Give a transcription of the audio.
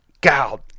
God